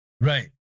Right